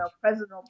President